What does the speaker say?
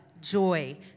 joy